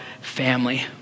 family